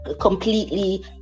completely